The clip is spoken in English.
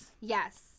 Yes